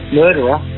murderer